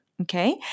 okay